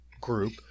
group